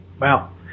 wow